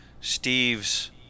Steve's